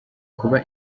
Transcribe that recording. kuba